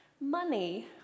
money